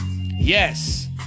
yes